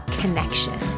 connection